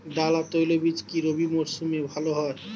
ডাল আর তৈলবীজ কি রবি মরশুমে ভালো হয়?